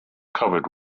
covered